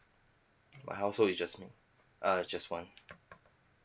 my household is just me uh just one